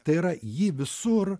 tai yra ji visur